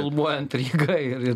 filmuojant ir jėga ir ir